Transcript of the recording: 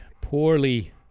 poorly